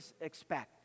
expect